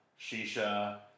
shisha